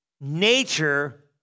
nature